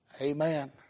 Amen